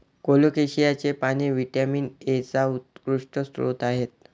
कोलोकेसियाची पाने व्हिटॅमिन एचा उत्कृष्ट स्रोत आहेत